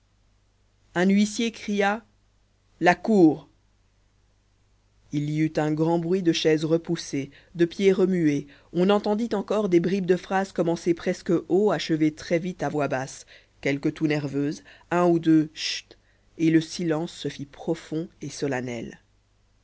un huissier cria la cour il y eut un grand bruit de chaises repoussées de pieds remués on entendit encore des bribes de phrases commencées presque haut achevées très vite à voix basse quelques toux nerveuses un ou deux chut et le silence se fit profond et solennel